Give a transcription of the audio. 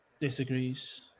disagrees